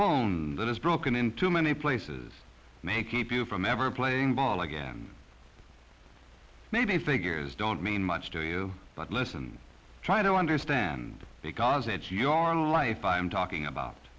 bone that is broken into many places may keep you from ever playing ball again maybe think yours don't mean much to you but listen try to understand because it's your life i'm talking about